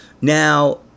Now